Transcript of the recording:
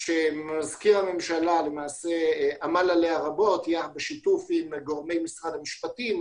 שמזכיר הממשלה עמל עליה רבות בשיתוף עם גורמי משרד המשפטים,